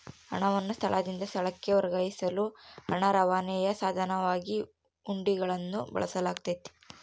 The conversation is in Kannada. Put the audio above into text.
ಹಣವನ್ನು ಸ್ಥಳದಿಂದ ಸ್ಥಳಕ್ಕೆ ವರ್ಗಾಯಿಸಲು ಹಣ ರವಾನೆಯ ಸಾಧನವಾಗಿ ಹುಂಡಿಗಳನ್ನು ಬಳಸಲಾಗ್ತತೆ